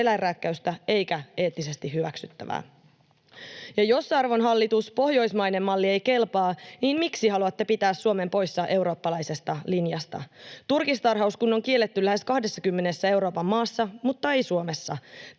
eläinrääkkäystä eikä eettisesti hyväksyttävää. Ja jos, arvon hallitus, pohjoismainen malli ei kelpaa, niin miksi haluatte pitää Suomen poissa eurooppalaisesta linjasta? Turkistarhaus kun on kielletty lähes kahdessakymmenessä Euroopan maassa, mutta ei Suomessa.